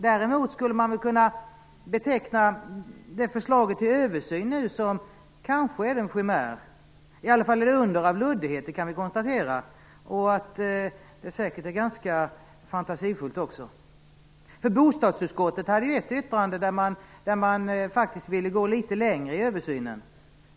Däremot skulle man kanske kunna beteckna förslaget om en översyn som en chimär. I alla fall är det ett under av luddighet, kan vi konstatera. Säkert är det ganska fantasifullt också. I bostadsutskottet fanns ett yttrande där man faktiskt ville gå litet längre i översynen.